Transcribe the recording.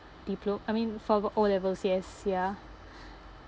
diplo~ I mean for O levels yes ya